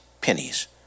pennies